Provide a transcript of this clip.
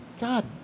God